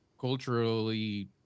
culturally